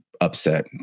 upset